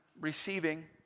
receiving